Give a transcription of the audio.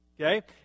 Okay